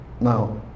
Now